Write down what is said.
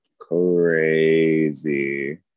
crazy